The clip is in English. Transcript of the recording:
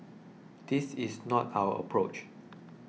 this is not our approach